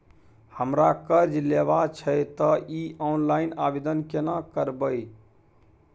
हमरा कर्ज लेबा छै त इ ऑनलाइन आवेदन केना करबै?